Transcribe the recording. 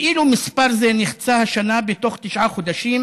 ואילו מספר זה נחצה השנה בתוך תשעה חודשים,